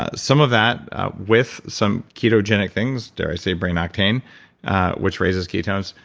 ah some of that out with some ketogenic things, did i say brain octane which raises ketones,